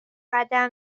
قدم